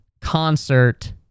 concert